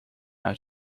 uit